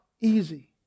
easy